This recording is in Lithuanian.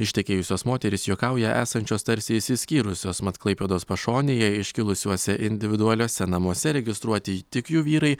ištekėjusios moterys juokauja esančios tarsi išsiskyrusios mat klaipėdos pašonėje iškilusiuose individualiuose namuose registruoti tik jų vyrai